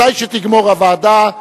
מתי שתגמור הוועדה,